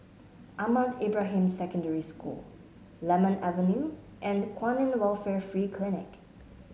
Ahmad Ibrahim Secondary School Lemon Avenue and Kwan In Welfare Free Clinic